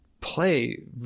play